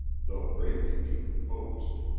though greatly decomposed.